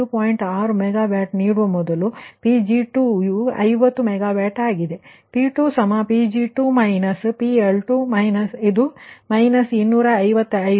6 megawatt ನೀಡುವ ಮೊದಲು Pg2 ಯು 50 ಮೆಗಾವ್ಯಾಟ್ ಆಗಿದೆ ಆದ್ದರಿಂದ P2 Pg2 − PL2 −255